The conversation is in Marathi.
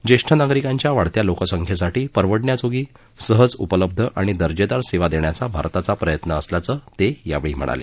ज्येष्ठ नागरिकांच्या वाढत्या लोकसंख्येसाठी परवडण्याजोगी सहज उपलब्ध आणि दर्जेदार सेवा देण्याचा भारताचा प्रयत्न असल्याचं त्यांनी यावेळी सांगितलं